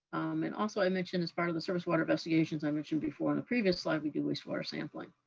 and also i mentioned, as part of the surface water investigations, i mentioned before on the previous slide, we do wastewater sampling.